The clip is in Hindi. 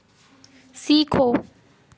सीखो